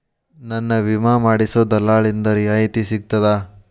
ನನ್ನ ವಿಮಾ ಮಾಡಿಸೊ ದಲ್ಲಾಳಿಂದ ರಿಯಾಯಿತಿ ಸಿಗ್ತದಾ?